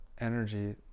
energy